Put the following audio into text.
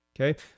Okay